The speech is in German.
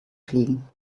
fliegen